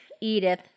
Edith